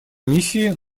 миссии